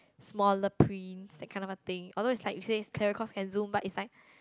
smaller print that kind of a thing although it's like you say it's clearer cause can zoom but it's like